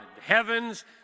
Heavens